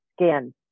skin